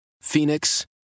Phoenix